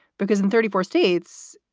because in thirty four states,